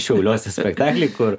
šiauliuose spektaklį kur